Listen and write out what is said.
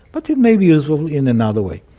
but it may be useful in another way.